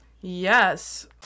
Yes